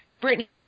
Brittany